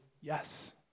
yes